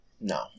No